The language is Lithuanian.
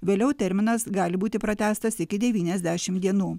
vėliau terminas gali būti pratęstas iki devyniasdešim dienų